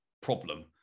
problem